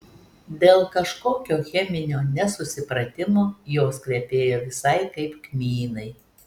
dėl kažkokio cheminio nesusipratimo jos kvepėjo visai kaip kmynai